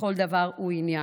לכל דבר ועניין,